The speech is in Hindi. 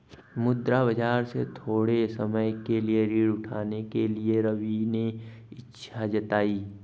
मुद्रा बाजार से थोड़े समय के लिए ऋण उठाने के लिए रवि ने इच्छा जताई